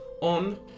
on